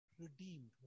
redeemed